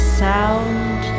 sound